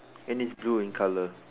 and it's blue in colour